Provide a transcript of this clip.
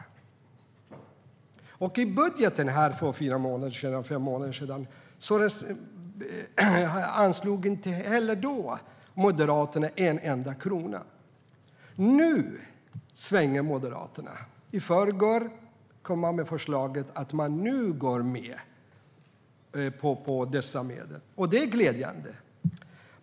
Inte heller i budgeten som Moderaterna lade fram för fem månader sedan anslog man en enda krona. Nu svänger Moderaterna. I förrgår talade man om att man nu går med på dessa medel, och det är glädjande.